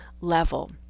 level